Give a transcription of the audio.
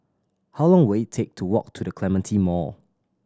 how long will it take to walk to The Clementi Mall